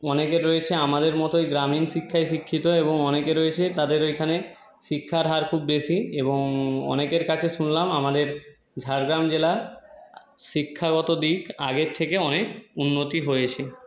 অনেকে রয়েছে আমাদের মতোই গ্রামীণ শিক্ষায় শিক্ষিত এবং অনেকে রয়েছে তাদের এখানে শিক্ষার হার খুব বেশি এবং অনেকের কাছে শুনলাম আমাদের ঝাড়গ্রাম জেলা শিক্ষাগত দিক আগের থেকে অনেক উন্নতি হয়েছে